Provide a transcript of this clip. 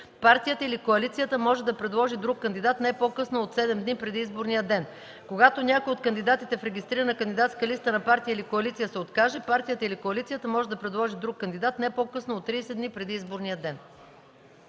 партията или коалицията може да предложи друг кандидат не по-късно от седем дни преди изборния ден. Когато някой от кандидатите в регистрирана кандидатска листа на партия или коалиция се откаже, партията или коалицията може да предложи друг кандидат не по-късно от 30 дни преди изборния ден”.